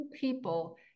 people